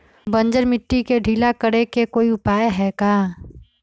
बंजर मिट्टी के ढीला करेके कोई उपाय है का?